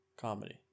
comedy